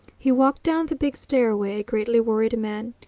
he walked down the big stairway, a greatly worried man.